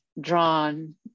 drawn